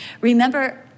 Remember